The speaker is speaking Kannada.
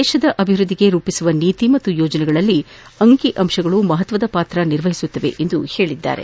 ದೇಶದ ಅಭಿವೃದ್ದಿಗೆ ರೂಪಿಸುವ ನೀತಿ ಮತ್ತು ಯೋಜನೆಗಳಲ್ಲಿ ಅಂಕಿಅಂಶಗಳು ಮಹತ್ತರ ಪಾತ್ರವಹಿಸುತ್ತದೆ ಎಂದು ಹೇಳಿದ್ದಾರೆ